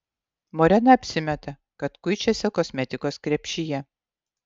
morena apsimeta kad kuičiasi kosmetikos krepšyje